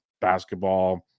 basketball